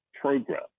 program